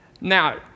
Now